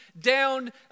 down